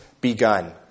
begun